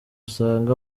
usange